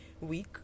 week